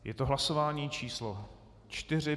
Je to hlasování číslo 4.